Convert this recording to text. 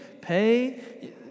Pay